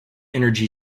energy